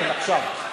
כן, עכשיו.